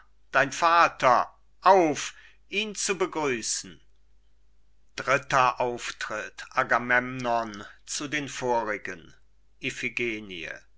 dein vater auf ihn zu begrüßen agamemnon zu den vorigen